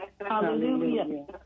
Hallelujah